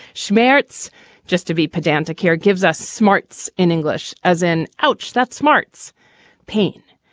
schmear. it's just to be pedantic. care gives us smarts in english as in. ouch. that smarts pain.